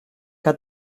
que